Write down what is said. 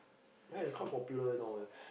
ya it's quite popular now eh